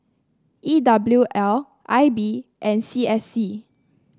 E W L I B and C S C